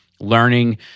learning